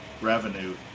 revenue